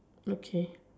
okay